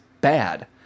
bad